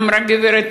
אמרה הגברת,